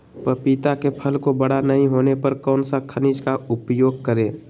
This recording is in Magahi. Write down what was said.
पपीता के फल को बड़ा नहीं होने पर कौन सा खनिज का उपयोग करें?